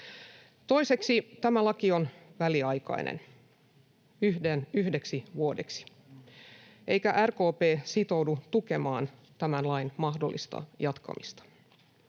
Toiseksi, tämä laki on väliaikainen, yhdeksi vuodeksi, eikä RKP sitoudu tukemaan tämän lain mahdollista jatkamista.